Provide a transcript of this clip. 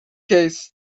case